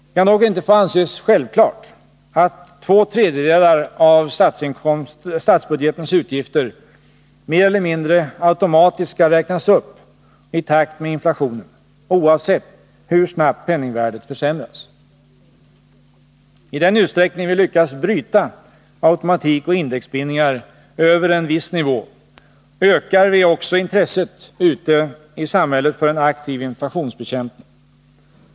Det kan dock inte få anses självklart att två tredjedelar av statsbudgetens utgifter mer eller mindre automatiskt skall räknas upp i takt med inflationen, oavsett hur snabbt penningvärdet försämras. I den utsträckning vi lyckas bryta automatik och indexbindningar över en viss nivå, ökar vi också intresset ute i samhället för en aktiv inflationsbekämpning.